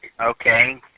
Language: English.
Okay